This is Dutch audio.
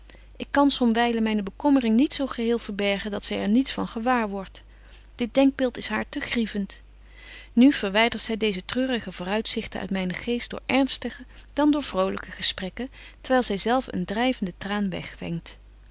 ik kan somwylen myne bekommering niet zo geheel verbergen dat zy er niets van gewaar wordt dit denkbeeld is haar te griebetje wolff en aagje deken historie van mejuffrouw sara burgerhart vent nu verwydert zy deeze treurige vooruitzichten uit mynen geest door ernstige dan door vrolyke gesprekken terwyl zy zelf een dryvende traan weg